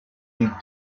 dit